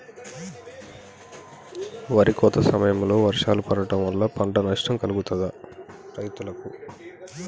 వరి కోత సమయంలో వర్షాలు పడటం వల్ల పంట నష్టం కలుగుతదా రైతులకు?